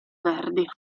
verdi